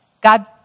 God